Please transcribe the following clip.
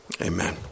Amen